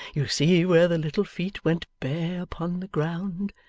you see where the little feet went bare upon the ground.